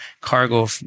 cargo